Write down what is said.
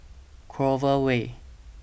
Clover Way